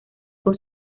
con